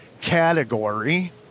category